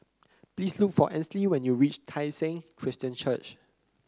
please look for Ansley when you reach Tai Seng Christian Church